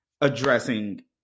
addressing